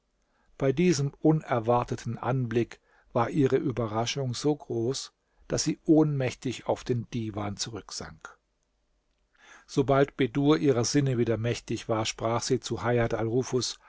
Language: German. bei diesem unerwarteten anblick war ihre überraschung so groß daß sie ohnmächtig auf den divan zurücksank sobald bedur ihrer sinne wieder mächtig war sprach sie zu